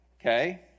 Okay